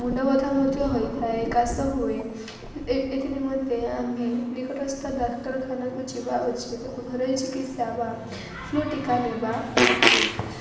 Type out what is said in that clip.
ମୁଣ୍ଡବଥା ମଧ୍ୟ ହୋଇଥାଏ କାଶ ହୁଏ ଏ ଏଥି ନିମନ୍ତେ ଆମେ ନିକଟସ୍ଥ ଡାକ୍ତରଖାନା କୁ ଯିବା ଉଚିତ୍ ଓ ଘରୋଇ ଚିକିତ୍ସା ବା ଫ୍ଲୁ ଟୀକା ନବା ଉଚିତ୍